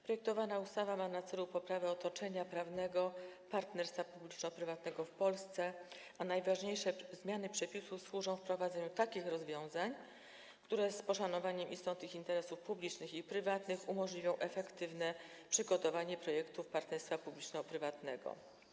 Projektowana ustawa ma na celu poprawę otoczenia prawnego partnerstwa publiczno-prywatnego w Polsce, a najważniejsze zmiany przepisów służą wprowadzeniu takich rozwiązań, które z poszanowaniem istotnych interesów publicznych i prywatnych umożliwią efektywne przygotowanie projektów partnerstwa publiczno-prywatnego.